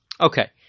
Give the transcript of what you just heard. Okay